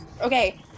Okay